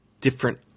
different